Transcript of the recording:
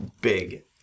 big